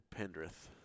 Pendrith